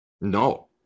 no